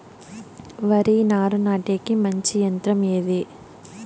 వరి నారు నాటేకి మంచి యంత్రం ఏది?